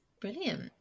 brilliant